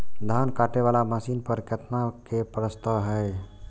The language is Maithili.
धान काटे वाला मशीन पर केतना के प्रस्ताव हय?